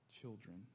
children